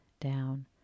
down